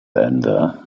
ende